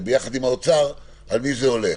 יחד עם האוצר, על מי זה הולך.